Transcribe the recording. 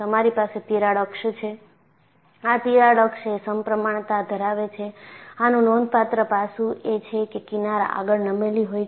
તમારી પાસે તિરાડ અક્ષ છે આ તિરાડ અક્ષ એ સપ્રમાણતા ધરાવે છે આનું નોંધપાત્ર પાસું એ છે કે કિનાર આગળ નમેલી હોય છે